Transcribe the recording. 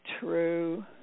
true